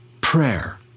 prayer